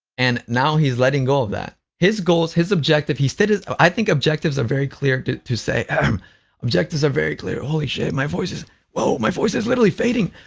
and now he's letting go of that. his goals his objective he stated i think objectives are very clear to to say um objectives are very clear holy sh-t, my voice is whoa, my voice is literally fading!